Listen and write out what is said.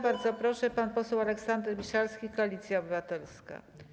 Bardzo proszę, pan poseł Aleksander Miszalski, Koalicja Obywatelska.